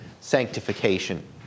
sanctification